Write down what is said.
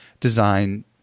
design